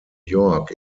york